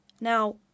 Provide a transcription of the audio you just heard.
Now